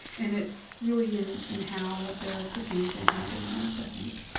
and it's really in in how they are perceived and how they are used, i think.